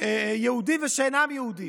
יהודים ושאינם יהודים.